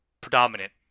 predominant